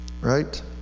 right